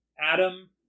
Adam